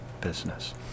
business